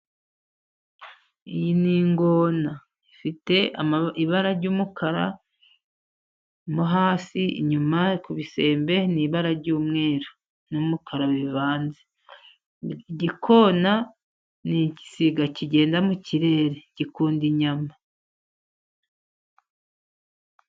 Iyi ni ingona. Ifite ibara ry'umukara mo hafi inyuma ku gisembe ni ibara ry'umweru n'umukara bivanze. Igikona ni igisiga kigenda mu ikirere. Gikunda inyama.